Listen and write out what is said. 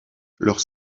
leurs